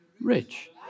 rich